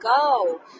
go